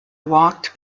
walked